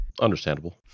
Understandable